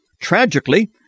Tragically